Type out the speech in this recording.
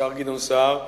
השר גדעון סער,